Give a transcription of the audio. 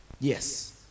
Yes